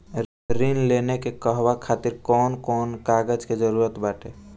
ऋण लेने के कहवा खातिर कौन कोन कागज के जररूत बाटे?